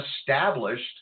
established